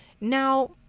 Now